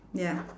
ya